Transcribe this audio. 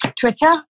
Twitter